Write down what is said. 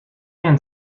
and